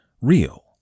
real